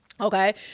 okay